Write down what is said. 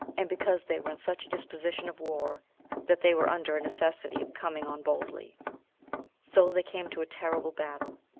and because they were in such a disposition of war that they were under a necessity of coming on boldly so they came to a terrible battle,